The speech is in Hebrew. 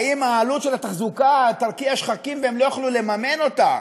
האם העלות של התחזוקה תרקיע שחקים והם לא יוכלו לממן אותה,